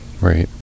Right